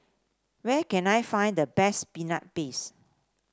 where can I find the best Peanut Paste